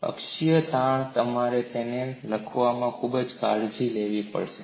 અક્ષીય તાણ તમારે તેને લખવામાં ખૂબ કાળજી લેવી પડશે